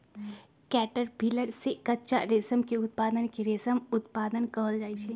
caterpillar से कच्चा रेशम के उत्पादन के रेशम उत्पादन कहल जाई छई